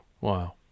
Wow